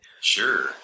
Sure